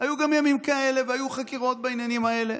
היו גם ימים כאלה, והיו חקירות בעניינים האלה.